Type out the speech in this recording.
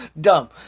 Dumb